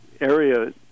area